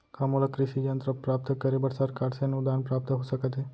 का मोला कृषि यंत्र प्राप्त करे बर सरकार से अनुदान प्राप्त हो सकत हे?